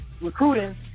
recruiting